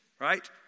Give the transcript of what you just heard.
right